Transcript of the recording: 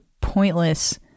pointless